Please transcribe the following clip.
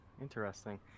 Interesting